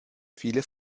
viele